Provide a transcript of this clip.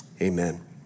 Amen